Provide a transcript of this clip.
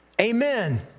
Amen